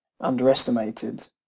underestimated